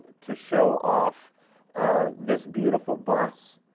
to show off this beautiful bus,